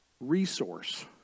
resource